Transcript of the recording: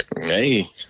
Hey